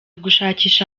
gushakisha